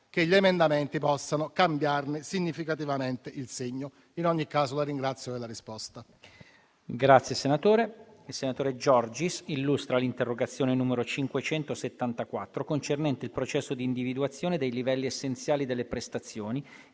che gli emendamenti possano cambiarne significativamente il segno. In ogni caso, la ringrazio della risposta.